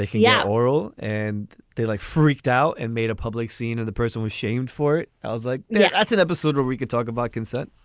they had yeah oral and they like freaked out and made a public scene and the person was shamed for it. i was like yeah that's an episode where we can talk about consent